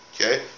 okay